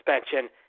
suspension